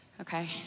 okay